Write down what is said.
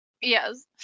Yes